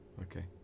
okay